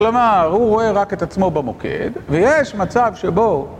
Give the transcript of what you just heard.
כלומר הוא רואה רק את עצמו במוקד ויש מצב שבו